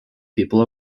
people